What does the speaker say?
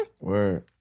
word